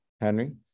Henry